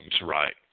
right